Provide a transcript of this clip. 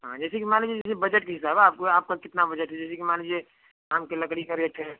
हाँ जैसे कि मान लीजिए जैसे बजट के हिसाब है आपके आपका कितना बजट है जैसे कि मान लीजिए आम की लकड़ी का रेट है